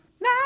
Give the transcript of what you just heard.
Now